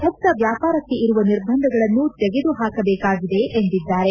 ಮುಕ್ತ ವ್ಯಾಪಾರಕ್ಕೆ ಇರುವ ನಿರ್ಬಂಧಗಳನ್ನು ತೆಗೆದು ಹಾಕಬೇಕಾಗಿದೆ ಎಂದಿದ್ದಾರೆ